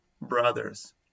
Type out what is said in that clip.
brothers